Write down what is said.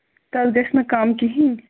تَتھ گژھِ نہ کَم کِہیٖنۍ